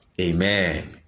Amen